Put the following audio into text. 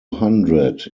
hundred